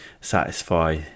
satisfy